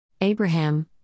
Abraham